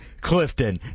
Clifton